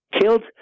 killed